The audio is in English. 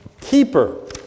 keeper